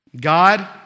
God